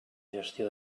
gestió